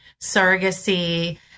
surrogacy